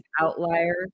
outlier